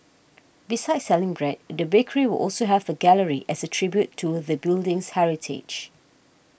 besides selling bread the bakery will also have a gallery as a tribute to the building's heritage